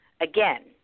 again